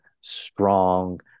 strong